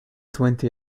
twenty